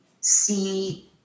see